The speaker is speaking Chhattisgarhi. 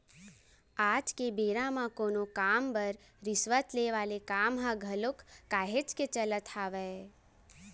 आज के बेरा म कोनो काम बर रिस्वत ले वाले काम ह घलोक काहेच के चलत हावय